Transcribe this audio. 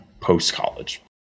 post-college